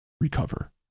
recover